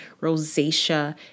rosacea